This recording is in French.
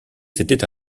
c’était